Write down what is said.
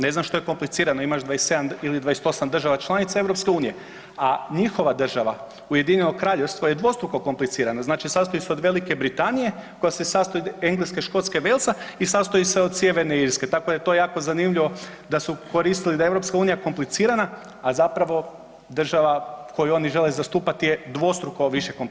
Ne znam što je komplicirano, imaš 27 ili 28 država članica EU, a njihova država UK je dvostruko komplicirana znači sastoji se od Velike Britanije, koja se sastoji od Engleske, Škotske i Walesa i sastoji se od Sjeverne Irske, tako da je to jako zanimljivo da su koristili da je EU kompliciranja, a zapravo država koju oni žele zastupati je dvostruko više